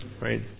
right